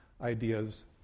ideas